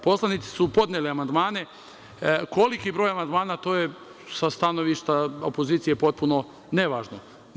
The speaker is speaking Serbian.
Poslanici su podneli amandmane, koliki broj amandmana, to je sa stanovništva opozicije potpuno nevažno.